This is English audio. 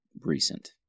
recent